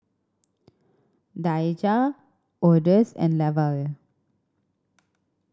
Daijah Odus and Lavelle